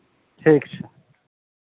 ठीक छै